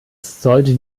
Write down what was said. sollte